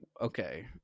Okay